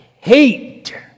hate